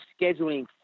scheduling